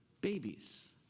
babies